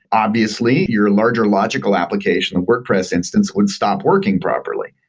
obviously, your larger logical application of wordpress instance would stop working properly,